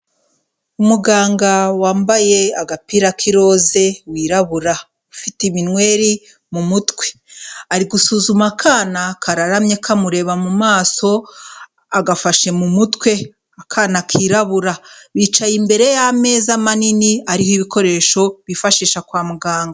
Umuganga wambaye agapira k'iroza wirabura. Ufite iminweri mu mutwe. Ari gusuzuma akana kararamye kamureba mu maso, agafashe mu mutwe. Akana kirabura. Bicaye imbere y'ameza manini ariho ibikoresho bifashisha kwa muganga.